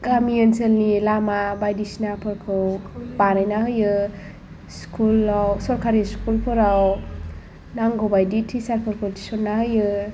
गामि ओनसोलनि लामा बायदिसिनाफोरखौ बानायना होयो स्कुलाव सरकारि स्कुलफोराव नांगौबायदि टिसारफोरखौ थिसनना होयो